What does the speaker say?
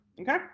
Okay